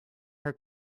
her